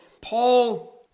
Paul